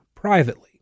privately